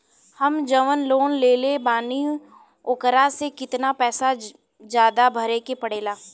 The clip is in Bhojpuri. हम जवन लोन लेले बानी वोकरा से कितना पैसा ज्यादा भरे के पड़ेला?